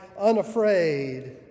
unafraid